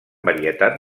varietat